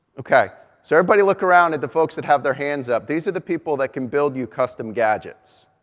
okay. so everybody look around at the folks that have their hands up. these are the people that can build you custom gadgets.